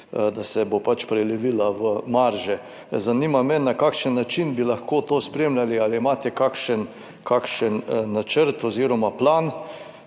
da se bo prelevila v marže. Zanima me, na kakšen način bi lahko to spremljali. Ali imate kakšen načrt oziroma plan?